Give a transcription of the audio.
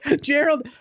Gerald